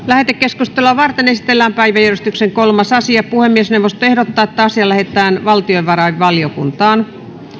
lähetekeskustelua varten esitellään päiväjärjestyksen kolmas asia puhemiesneuvosto ehdottaa että asia lähetetään valtiovarainvaliokuntaan